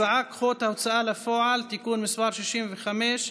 הצעת חוק ההוצאה לפועל (תיקון מס' 65),